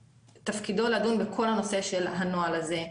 שתפקידו לדון בכל הנושא של הנוהל הזה.